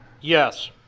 Yes